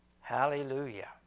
Hallelujah